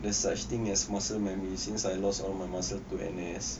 there's such thing as muscle memories since I lost my muscle to N_S